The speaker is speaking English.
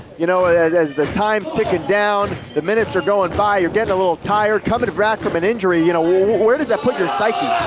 you know as as the time's ticking down, the minutes are going by, you're getting a little tired coming back from an injury, you know where does that put your psyche?